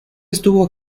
estuvo